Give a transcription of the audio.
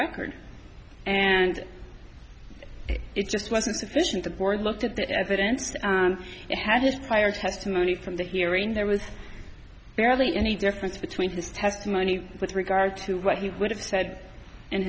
record and it just wasn't sufficient the board looked at the evidence he had his prior testimony from the hearing there was barely any difference between his testimony with regard to what he would have said